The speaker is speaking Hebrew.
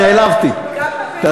נעלבתי, אתה